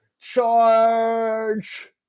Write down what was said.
Charge